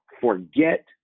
forget